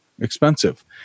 expensive